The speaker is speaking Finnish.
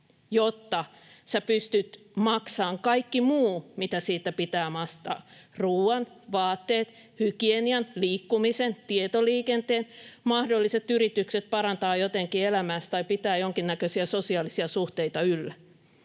jotta pystyt maksamaan kaiken muun, mitä siitä pitää maksaa: ruuan, vaatteet, hygienian, liikkumisen, tietoliikenteen, mahdolliset yritykset parantaa jotenkin elämäänsä tai pitää jonkinnäköisiä sosiaalisia suhteita yllä?